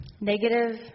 negative